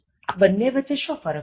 આ બન્ને વચ્ચે શો ફરક છે